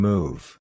Move